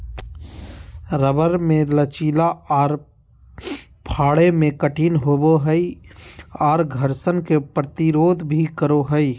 rubber मे लचीला आर फाड़े मे कठिन होवो हय आर घर्षण के प्रतिरोध भी करो हय